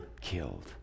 killed